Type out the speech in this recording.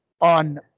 on